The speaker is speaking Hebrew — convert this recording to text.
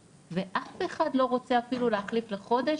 ואף אחד לא רוצה אפילו להחליף לחודש,